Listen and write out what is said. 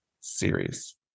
series